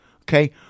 okay